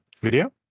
video